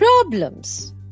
problems